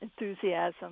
enthusiasm